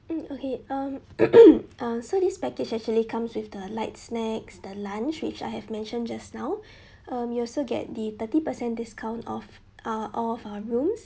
mm okay um uh so this package actually comes with the light snacks the lunch which I have mentioned just now um you also get the thirty percent discount of ah all of our rooms